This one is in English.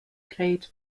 played